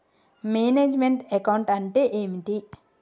Manage meant account అంటే ఏమిటి?